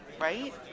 right